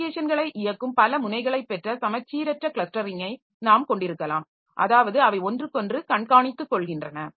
அப்ளிகேஷன்களை இயக்கும் பல முனைகளைப் பெற்ற சமச்சீரற்ற கிளஸ்டரிங்கை நாம் கொண்டிருக்கலாம் அதாவது அவை ஒன்றுக்கொன்று கண்காணித்துகாெள்கின்றன